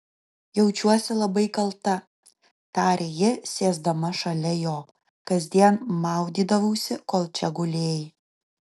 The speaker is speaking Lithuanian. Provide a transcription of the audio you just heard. jaučiuosi labai kalta tarė ji sėsdama šalia jo kasdien maudydavausi kol čia gulėjai